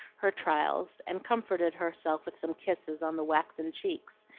her trials, and comforted herself with some kisses on the waxen cheeks,